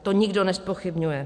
To nikdo nezpochybňuje.